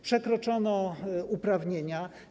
Przekroczono uprawnienia.